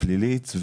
פלילית,